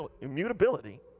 immutability